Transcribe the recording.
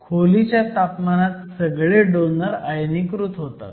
खोलीच्या तापमानात सगळे डोनर आयनीकृत होतात